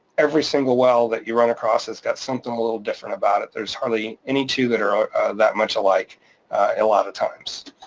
every single well that you run across has got something a little different about it. there's hardly any two that are that much alike a lot of times.